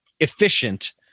efficient